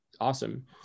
Awesome